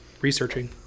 Researching